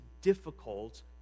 difficult